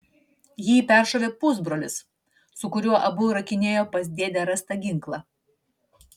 jį peršovė pusbrolis su kuriuo abu rakinėjo pas dėdę rastą ginklą